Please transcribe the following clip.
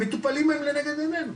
המטופלים הם לנגד עינינו,